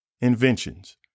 inventions